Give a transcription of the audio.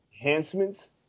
enhancements